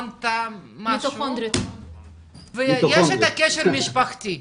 מיטוכונדרית ויש את הקשר משפחתי,